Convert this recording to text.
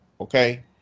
Okay